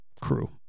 crew